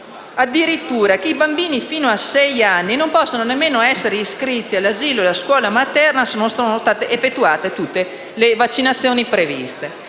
addirittura che i bambini fino a sei anni non possano nemmeno essere iscritti all'asilo o alla scuola materna se non sono state effettuate tutte le vaccinazioni previste.